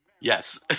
Yes